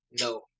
No